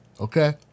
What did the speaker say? Okay